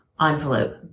envelope